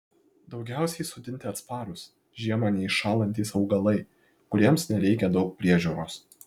daugiausiai sodinti atsparūs žiemą neiššąlantys augalai kuriems nereikia daug priežiūros